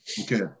Okay